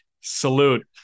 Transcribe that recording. salute